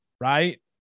right